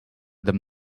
them